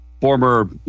former